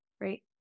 Right